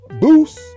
boost